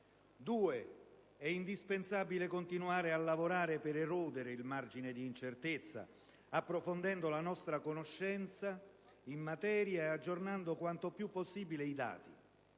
È indispensabile, poi, continuare a lavorare per erodere il margine di incertezza, approfondendo la nostra conoscenza in materia e aggiornando quanto più possibile i dati,